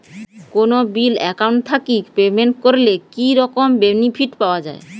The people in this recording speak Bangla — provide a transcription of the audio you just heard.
কোনো বিল একাউন্ট থাকি পেমেন্ট করলে কি রকম বেনিফিট পাওয়া য়ায়?